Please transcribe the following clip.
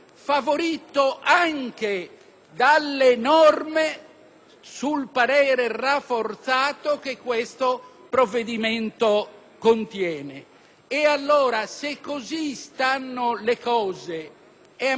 sul parere rafforzato che questo provvedimento contiene. Allora, se così stanno le cose, e a me pare che così stiano, onorevoli colleghi,